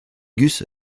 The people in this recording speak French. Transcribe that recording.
gus